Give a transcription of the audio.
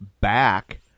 back